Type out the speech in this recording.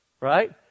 right